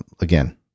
again